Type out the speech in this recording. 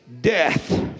death